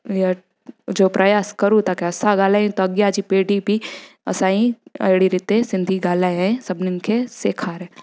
जो प्रयासु कयूं ता कंहिं असां ॻाल्हाई त अॻियां जी पीड़ी बि असांजी अहिड़ी रीति सिंधी ॻाल्हाए सभिनीन खे सेखारे